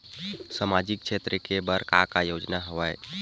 सामाजिक क्षेत्र के बर का का योजना हवय?